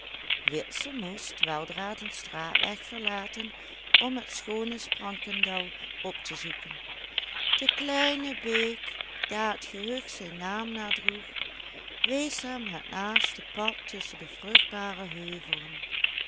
witse moest weldra den straatweg verlaten om het schoone sprankendel op te zoeken de kleine beek daar het gehucht zijn naam naar droeg wees hem het naaste pad tusschen de vruchtbare heuvelen